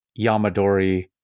Yamadori